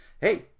Hey